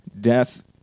Death